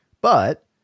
But-